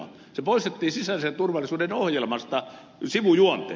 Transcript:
ne poistettiin sisäisen turvallisuuden ohjelmasta sivujuonteena